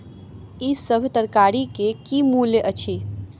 ई सभ तरकारी के की मूल्य अछि?